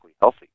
healthy